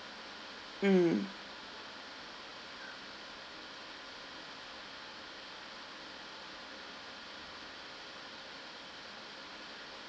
mm